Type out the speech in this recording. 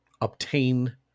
obtain